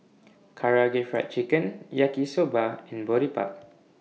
Karaage Fried Chicken Yaki Soba and Boribap